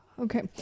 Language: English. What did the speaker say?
Okay